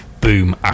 Boom